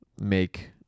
make